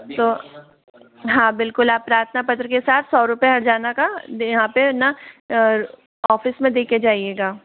तो हाँ बिल्कुल आप प्रार्थना पत्र के साथ सौ रुपए हर्जाना का दे यहाँ पे ना ऑफिस में देके जाइएगा